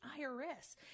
IRS